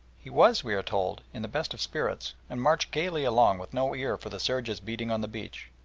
he was, we are told, in the best of spirits, and marched gaily along with no ear for the surges beating on the beach,